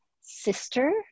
sister